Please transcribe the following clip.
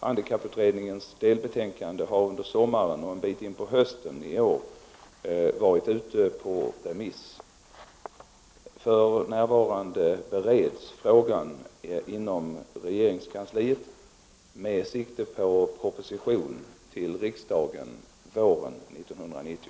Handikapputredningens delbetänkande har under sommaren och en bit in på hösten i år varit ute på remiss. För närvarande bereds frågan inom regeringskansliet med sikte på proposition till riksdagen våren 1990.